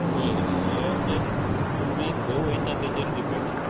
वेळ हे जे तुमी खंय वयता तेजेर डिपेंड